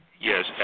yes